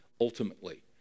ultimately